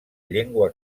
llengua